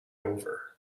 over